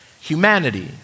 Humanity